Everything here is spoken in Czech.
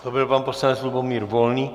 To byl pan poslanec Lubomír Volný.